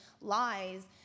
lies